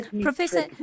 Professor